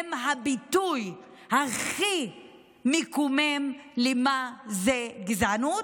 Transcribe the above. הם הביטוי הכי מקומם למה זה גזענות,